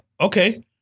okay